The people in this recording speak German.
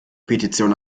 petition